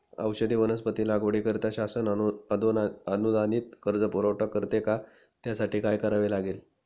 औषधी वनस्पती लागवडीकरिता शासन अनुदानित कर्ज पुरवठा करते का? त्यासाठी काय करावे लागेल?